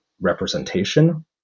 representation